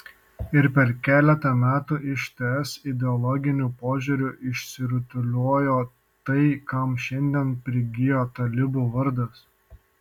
ir per keletą metų iš ts ideologiniu požiūriu išsirutuliojo tai kam šiandien prigijo talibų vardas